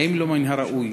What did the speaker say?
האם לא מן הראוי